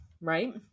right